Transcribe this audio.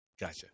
Gotcha